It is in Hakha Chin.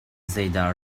zeidah